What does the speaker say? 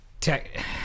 tech